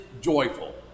joyful